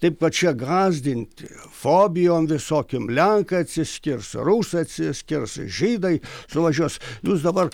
taip kad čia gąsdinti fobijom visokiom lenkai atsiskirs rusai atsiskirs žydai suvažiuos jūs dabar